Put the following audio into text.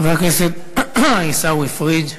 חבר הכנסת עיסאווי פריג'.